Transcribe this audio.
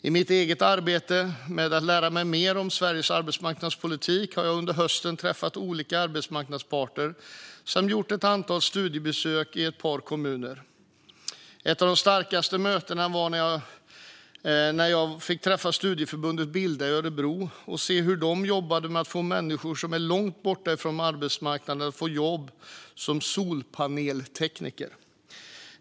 I mitt eget arbete med att lära mig mer om Sveriges arbetsmarknadspolitik har jag under hösten träffat olika arbetsmarknadsparter samt gjort ett antal studiebesök i ett par kommuner. Ett av de starkaste mötena var när jag fick träffa studieförbundet Bilda i Örebro och se hur de jobbar med att få människor som är långt borta ifrån arbetsmarknaden att få jobb som solpaneltekniker.